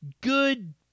good